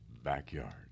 Backyard